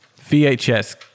vhs